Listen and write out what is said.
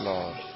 Lord